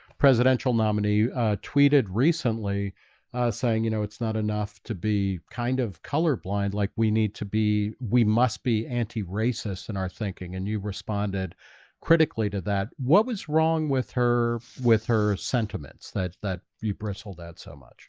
presidential nominee, ah tweeted recently ah saying, you know, it's not enough to be kind of color blind. like we need to be we must be anti-racist in our thinking and you responded critically to that what was wrong with her with her sentiments that that you bristled out so much